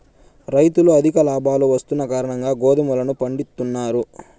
రైతులు అధిక లాభాలు వస్తున్న కారణంగా గోధుమలను పండిత్తున్నారు